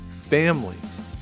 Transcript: families